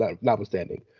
notwithstanding